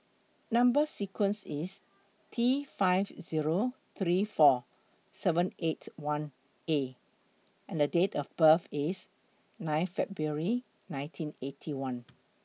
Number sequence IS T five Zero three four seven eight one A and Date of birth IS nine February nineteen Eighty One